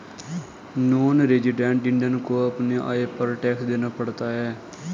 non resident Indian को अपने आय पर टैक्स देना पड़ता है